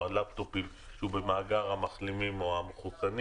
הלאפטופים שהוא במאגר המחלימים או המחוסנים